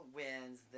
wins